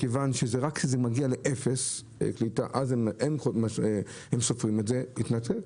רק כשזה מגיע לאפס קליטה הם מחשיבים את זה כהתנתקות.